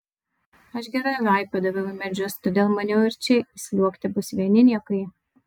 aš gerai laipiodavau į medžius todėl maniau ir čia įsliuogti bus vieni niekai